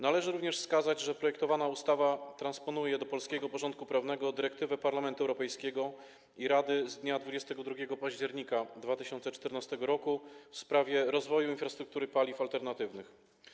Należy również wskazać, że projektowana ustawa transponuje do polskiego porządku prawnego dyrektywę Parlamentu Europejskiego i Rady z dnia 22 października 2014 r. w sprawie rozwoju infrastruktury paliw alternatywnych.